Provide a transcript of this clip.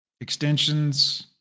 Extensions